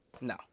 no